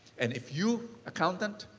and if you accountant,